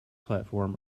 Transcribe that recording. platform